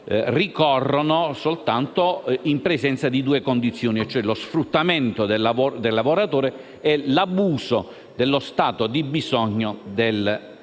ricorrono soltanto in presenza di due condizioni, e cioè lo sfruttamento del lavoratore e l'abuso dello stato di bisogno del lavoratore